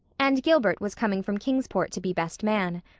and gilbert was coming from kingsport to be best man.